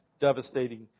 devastating